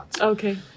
Okay